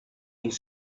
vous